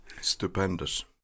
Stupendous